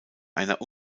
einer